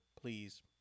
please